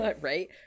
right